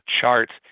charts